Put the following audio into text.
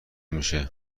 میشه